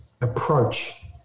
Approach